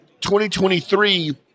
2023